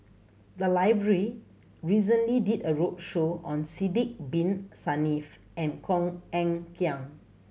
the library recently did a roadshow on Sidek Bin Saniff and Koh Eng Kian